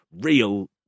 real